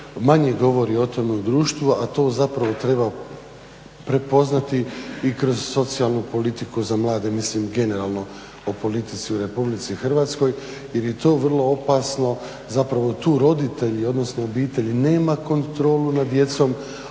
manje govori o tome u društvu, a to zapravo treba prepoznati i kroz socijalnu politiku za mlade, mislim generalno o politici u RH jer je to vrlo opasno, zapravo tu roditelji, odnosno obitelj nema kontrolu nad djecom,